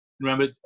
Remember